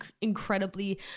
incredibly